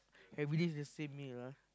everyday is the same meal ah